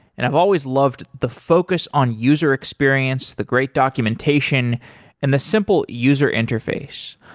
and i've always loved the focus on user experience, the great documentation and the simple user interface.